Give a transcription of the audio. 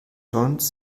john’s